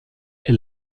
est